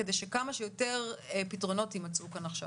כדי שכמה שיותר פתרונות יימצאו כאן עכשיו.